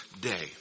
day